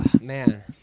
man